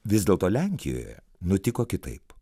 vis dėlto lenkijoje nutiko kitaip